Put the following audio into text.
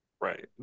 right